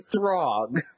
Throg